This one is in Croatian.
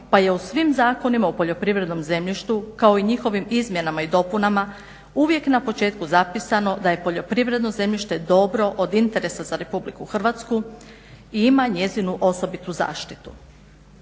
pa je u svim zakonima o poljoprivrednom zemljištu kao i njihovim izmjenama i dopunama uvijek na početku zapisano da je poljoprivredno zemljište dobro od interesa za RH i ima njezinu osobitu zaštitu.